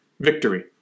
victory